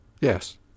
Yes